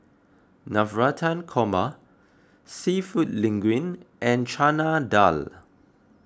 Navratan Korma Seafood Linguine and Chana Dal